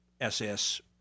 SS